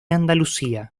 andalucía